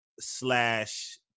slash